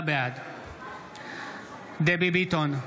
בעד דבי ביטון,